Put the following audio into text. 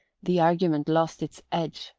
the argument lost its edge,